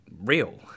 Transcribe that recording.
real